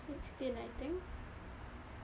sixteen I think